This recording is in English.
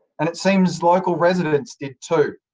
and it seems local residents did, too.